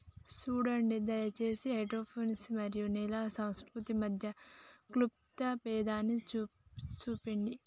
సూడండి దయచేసి హైడ్రోపోనిక్స్ మరియు నేల సంస్కృతి మధ్య క్లుప్త భేదాన్ని సూపండి